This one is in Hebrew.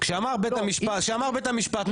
כשאמר בית המשפט,